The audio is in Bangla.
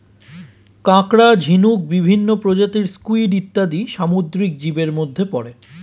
কাঁকড়া, ঝিনুক, বিভিন্ন প্রজাতির স্কুইড ইত্যাদি সামুদ্রিক জীবের মধ্যে পড়ে